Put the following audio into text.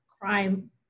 crime